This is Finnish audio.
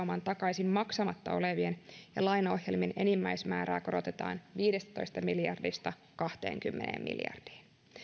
takaisin maksamatta olevien pääomien ja lainaohjelmien enimmäismäärää korotetaan viidestätoista miljardista kahteenkymmeneen miljardiin